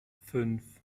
fünf